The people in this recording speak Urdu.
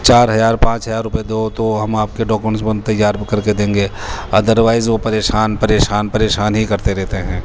چار ہزار پانچ ہزار روپئے دو تو ہم آپ کے ڈاکومنٹس تیار کر کے دیں گے ادروائز وہ پریشان پریشان پریشان ہی کرتے رہتے ہیں